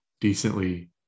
decently